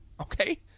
okay